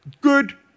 good